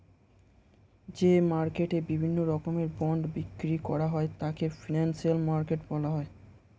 যে মার্কেটে বিভিন্ন রকমের বন্ড বিক্রি করা হয় তাকে ফিনান্সিয়াল মার্কেট বলা হয়